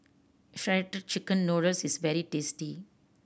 Shredded Chicken Noodles is very tasty